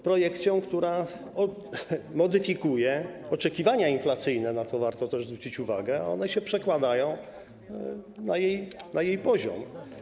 Projekcją, która modyfikuje oczekiwania inflacyjne, na to warto też zwrócić uwagę, a one się przekładają na jej poziom.